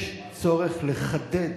יש צורך לחדד,